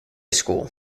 school